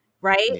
Right